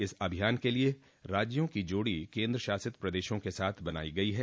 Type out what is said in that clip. इस अभियान के लिए राज्यों की जोड़ी केन्द्रशासित प्रदेशों के साथ बनाई गयी है